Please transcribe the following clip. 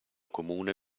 comune